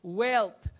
wealth